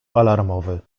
alarmowy